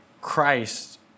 Christ